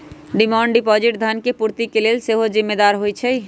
demand deposit धन के पूर्ति के लेल सेहो जिम्मेदार होइ छइ